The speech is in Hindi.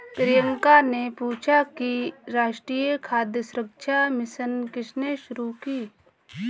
प्रियंका ने पूछा कि राष्ट्रीय खाद्य सुरक्षा मिशन किसने शुरू की?